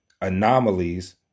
anomalies